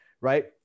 right